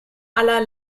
aller